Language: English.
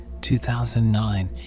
2009